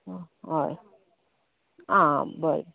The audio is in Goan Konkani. हय आं आं हां बरें